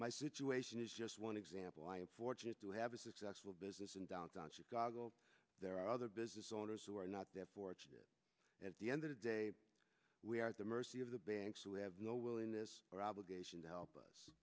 my situation is just one example i am fortunate to have a successful business in downtown chicago there are other business owners who are not there at the end of the day we are at the mercy of the banks who have no willingness or obligation to help us